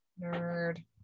nerd